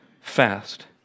fast